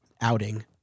outing